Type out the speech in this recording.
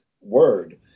word